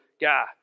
guy